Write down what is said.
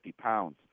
pounds